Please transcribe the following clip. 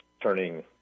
turning